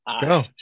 Go